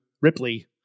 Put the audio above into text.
Ripley